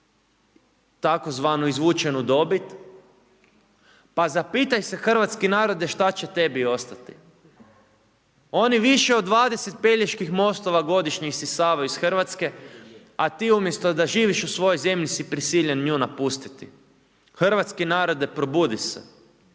tzv. izvučenu dobit, pa zapitaj se hrvatski narode, šta će tebi ostati. Oni više od 20 Peljeških mostova godišnje isisavaju iz Hrvatske, a ti umjesto da živiš u svojoj zemlji si prisiljen nju napustiti. Hrvatski narode, probudi se.